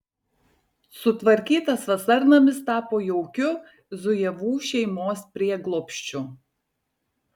sutvarkytas vasarnamis tapo jaukiu zujevų šeimos prieglobsčiu